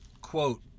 quote